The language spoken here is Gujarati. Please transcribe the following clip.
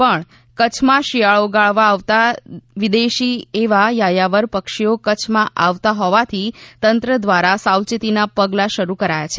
પણ કચ્છમાં શિયાળો ગાળવા આવતા વિદેશી એવા યાયાવર પક્ષીઓ કચ્છમાં આવતાં હોવાથી તંત્ર દ્વારા સાવચેતીના પગલા શરૂ કરાયા છે